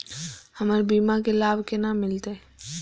हमर बीमा के लाभ केना मिलते?